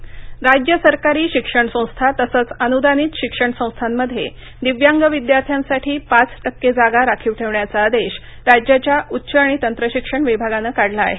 दिव्यांग राज सरकारी शिक्षणसंस्था तसंच अनुदानित शिक्षण संस्थामध्ये दिव्यांग विद्याध्यांसाठी पाच टक्के जागा राखीव ठेवण्याचा आदेश राज्याच्या उज्व याणि तंत्रशिक्षण विभागानं काढला आहे